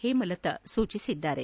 ಪೇಮಲತಾ ಸೂಚಿಸಿದ್ದಾರೆ